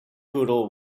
poodle